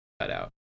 cutout